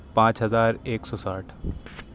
پانچ ہزار ایک سو ساٹھ